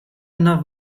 enough